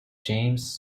james